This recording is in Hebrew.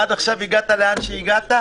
עד עכשיו הגעת לאן שהגעת.